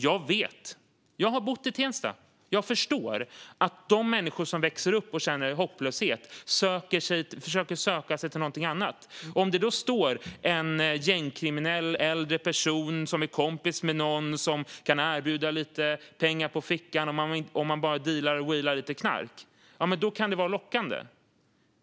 Jag har bott i Tensta, och jag förstår att de människor som växer upp och känner hopplöshet försöker söka sig till något annat. Om det då står en gängkriminell äldre person som är kompis med någon som kan erbjuda lite pengar på fickan om man bara wheelar och dealar lite knark kan det vara lockande.